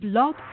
Blog